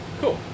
Cool